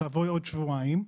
תבואי בעוד שבועיים",